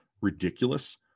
ridiculous